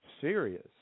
serious